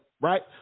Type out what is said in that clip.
right